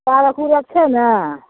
पारक उरक छै ने